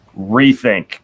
rethink